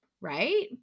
right